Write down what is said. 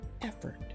effort